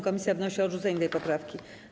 Komisja wnosi o odrzucenie tej poprawki.